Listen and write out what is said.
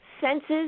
senses